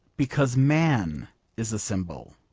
because man is a symbol.